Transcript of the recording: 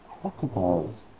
Crocodiles